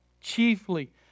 chiefly